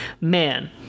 man